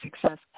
success